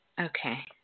Okay